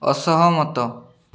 ଅସହମତ